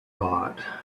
hot